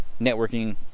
networking